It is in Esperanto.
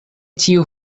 ĉiu